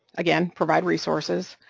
again, provide resources,